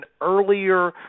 earlier